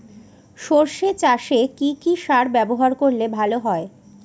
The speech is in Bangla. সর্ষে চাসে কি কি সার ব্যবহার করলে ভালো হয়?